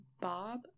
Bob